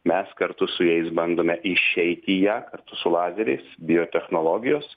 mes kartu su jais bandome išeiti į ją su lazeriais biotechnologijos